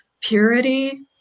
purity